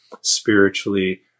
spiritually